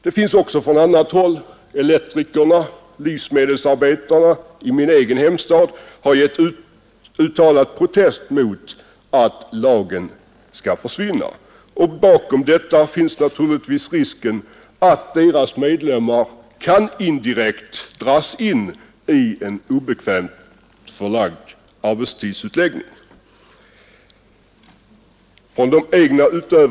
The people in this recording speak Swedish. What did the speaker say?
Det har också från annat håll — elektrikerna, livsmedelsarbetarna i min egen hemstad — uttalats protester mot att lagen skall försvinna. Bakom dessa ställningstaganden finns naturligtvis risken för att de egna medlemmarna indirekt kan dras in i en obekvämt förlagd arbetstid.